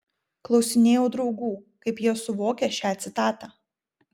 klausinėjau draugų kaip jie suvokia šią citatą